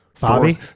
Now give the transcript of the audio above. Bobby